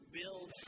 build